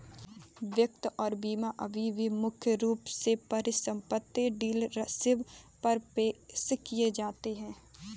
वित्त और बीमा अभी भी मुख्य रूप से परिसंपत्ति डीलरशिप पर पेश किए जाते हैं